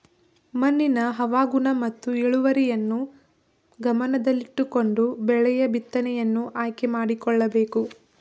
ಮಣ್ಣಿನ ಹವಾಗುಣ ಮತ್ತು ಇಳುವರಿಯನ್ನು ಗಮನದಲ್ಲಿಟ್ಟುಕೊಂಡು ಬೆಳೆಯ ಬಿತ್ತನೆಯನ್ನು ಆಯ್ಕೆ ಮಾಡಿಕೊಳ್ಳಬೇಕು